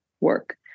work